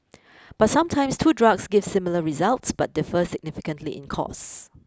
but sometimes two drugs give similar results but differ significantly in costs